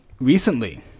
recently